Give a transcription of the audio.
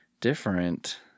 different